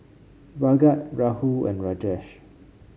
Bhagat Rahul and Rajesh